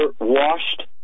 washed